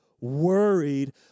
worried